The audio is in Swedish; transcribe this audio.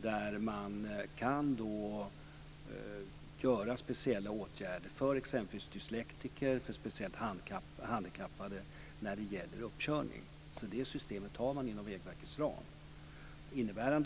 som gör att man kan vidta speciella åtgärder för exempelvis dyslektiker och speciellt handikappade när det gäller uppkörning. Det systemet har man inom Vägverkets ram.